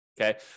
Okay